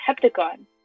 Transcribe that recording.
Heptagon